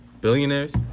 billionaires